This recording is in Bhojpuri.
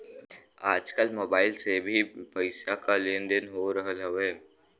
आजकल मोबाइल से भी पईसा के लेन देन हो रहल हवे